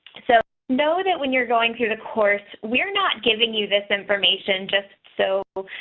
so know that when you're going through the course, we're not giving you this information just, so,